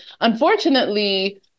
unfortunately